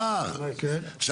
יש